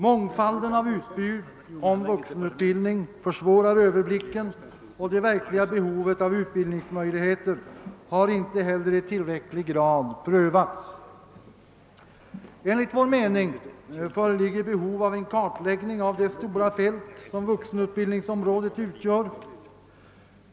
Mångfalden av utbud när det gäller vuxenutbildningen försvårar Ööverblicken, och det verkliga behovet av utbildningsmöjligheter har inte heller i tillräcklig grad prövats. Enligt vår mening föreligger behov av kartläggning av det stora fält som vuxenutbildningsområdet utgör.